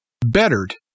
bettered